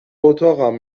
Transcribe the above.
اتاقم